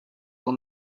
will